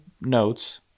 notes